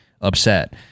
upset